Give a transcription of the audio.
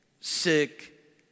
sick